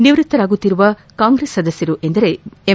ನಿವೃತ್ತರಾಗುತ್ತಿರುವ ಕಾಂಗ್ರೆಸ್ ಸದಸ್ಯರೆಂದರೆ ಎಂ